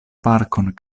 parkon